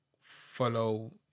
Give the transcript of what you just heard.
follow